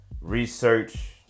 research